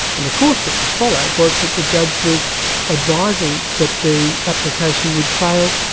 and the course that was followed was that the judge was advising that the application would fail,